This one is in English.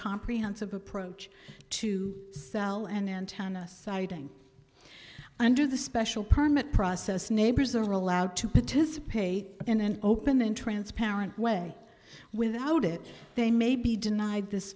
comprehensive approach to sell an antenna siting under the special permit process neighbors are allowed to participate in an open and transparent way without it they may be denied this